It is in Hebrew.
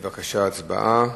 בבקשה, הצבעה.